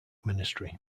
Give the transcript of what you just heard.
ministry